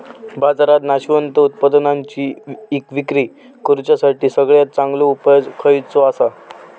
बाजारात नाशवंत उत्पादनांची इक्री करुच्यासाठी सगळ्यात चांगलो उपाय खयचो आसा?